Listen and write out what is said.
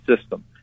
system